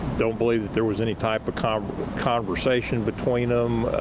don't believe that there was any type of conversation between them,